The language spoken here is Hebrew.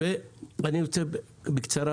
אני רוצה בקצרה,